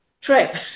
trip